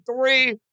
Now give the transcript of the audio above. three